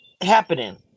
happening